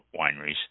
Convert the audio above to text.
wineries